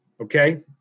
Okay